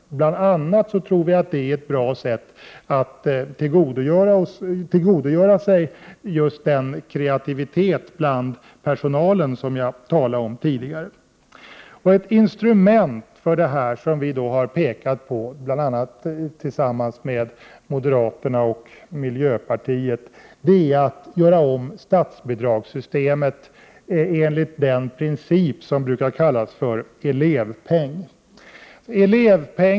Vi tror bl.a. att det är ett bra sätt att tillgodogöra sig just den kreativitet hos personalen som jag tidigare talade om. Ett instrument som vi tillsammans med moderaterna och miljöpartiet pekat på för att åstadkomma detta är att göra om statsbidragssystemet enligt den princip som brukar kallas för elevpeng.